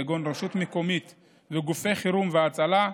כגון רשות מקומית וגופי חירום והצלה.